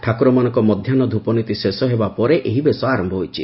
ଠାକୁରମାନଙ୍କ ମଧ୍ଧାହ୍ନ ଧୂପନୀତି ଶେଷ ହେବାପରେ ଏହି ବେଶ ଆର ହୋଇଛି